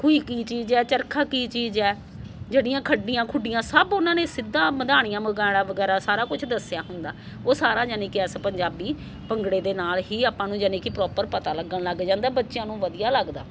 ਖੂਹੀ ਕੀ ਚੀਜ਼ ਹੈ ਚਰਖਾ ਕੀ ਚੀਜ਼ ਹੈ ਜਿਹੜੀਆਂ ਖੱਡੀਆਂ ਖੁੱਡੀਆਂ ਸਭ ਉਹਨਾਂ ਨੇ ਸਿੱਧਾ ਮਧਾਣੀਆਂ ਮੰਗਾੜਾ ਵਗੈਰਾ ਸਾਰਾ ਕੁਝ ਦੱਸਿਆ ਹੁੰਦਾ ਉਹ ਸਾਰਾ ਯਾਨੀ ਕਿ ਇਸ ਪੰਜਾਬੀ ਭੰਗੜੇ ਦੇ ਨਾਲ ਹੀ ਆਪਾਂ ਨੂੰ ਯਾਨੀ ਕਿ ਪਰੋਪਰ ਪਤਾ ਲੱਗਣ ਲੱਗ ਜਾਂਦਾ ਬੱਚਿਆਂ ਨੂੰ ਵਧੀਆ ਲੱਗਦਾ